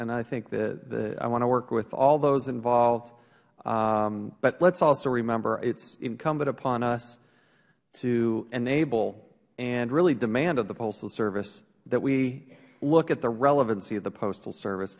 and i think that i want to work with all those involved but lets also remember it is incumbent upon us to enable and really demand of the postal service that we look at the relevancy of the postal service